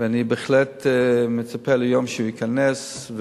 ואני בהחלט מצפה ליום שהוא ייכנס,